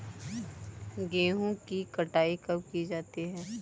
गेहूँ की कटाई कब की जाती है?